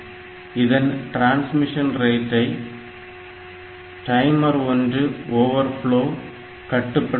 இதன் டிரான்ஸ்மிஷன் ரேட்டை timer 1 overflow கட்டுப்படுத்துகிறது